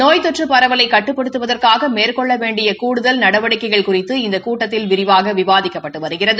நோய் தொற்று பரவலை கட்டுப்படுத்துவதற்காக மேற்கொள்ள வேண்டிய கூடுதல் நடவடிக்கைகள் குறித்து இந்த கூட்டத்தில் விரிவாக விவாதிக்கப்பட்டு வருகிறது